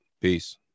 Peace